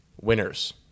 winners